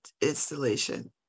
installation